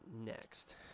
next